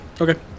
Okay